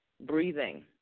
breathing